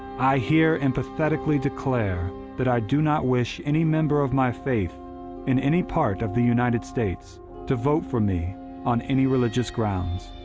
i here emphatically declare that i do not wish any member of my faith in any part of the united states to vote for me on any religious grounds.